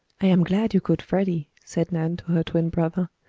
i am glad you caught freddie, said nan, to her twin brother.